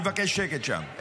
אני מבקש שקט שם,